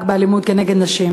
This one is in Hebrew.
באלימות נגד נשים,